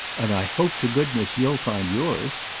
and i hope to goodness you'll find yours!